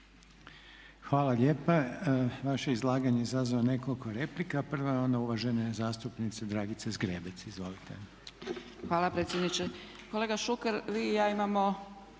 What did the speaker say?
Hvala lijepa. Vaše izlaganje izazvalo je nekoliko replika. Prva je ona uvažene zastupnice Dragice Zgrebec. Izvolite. **Zgrebec, Dragica (SDP)** Hvala predsjedniče. Kolega Šuker, vi i ja imamo